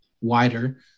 wider